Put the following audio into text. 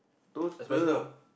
toaster